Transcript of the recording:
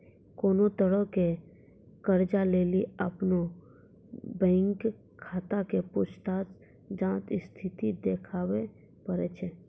कोनो तरहो के कर्जा लेली अपनो बैंक खाता के पूछताछ जांच स्थिति देखाबै पड़ै छै